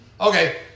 Okay